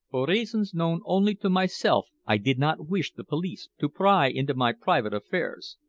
for reasons known only to myself i did not wish the police to pry into my private affairs.